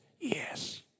yes